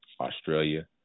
Australia